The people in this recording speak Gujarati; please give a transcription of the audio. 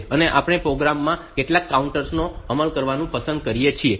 અને આપણે પ્રોગ્રામ્સ માં કેટલાક કાઉન્ટર્સ નો અમલ કરવાનું પસંદ કરીએ છીએ